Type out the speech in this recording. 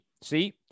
see